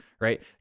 right